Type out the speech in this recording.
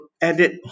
edit